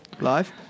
Live